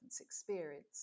experience